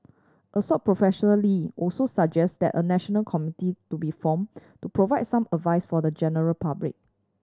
Assoc Professor Lee also suggest that a national committee to be formed to provide some advice for the general public